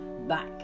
back